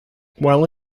while